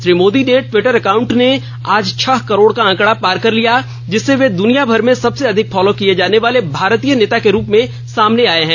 श्री मोदी के Twitter account ने आज छह करोड़ का आंकड़ा पार करे लिया जिससे वे दुनियाभर में सबसे अधिक फॉलो किए जाने वाले भारतीय नेता के रूप में सामने आए हैं